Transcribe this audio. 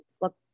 look